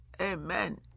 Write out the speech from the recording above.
Amen